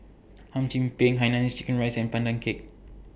Hum Chim Peng Hainanese Curry Rice and Pandan Cake